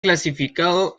clasificado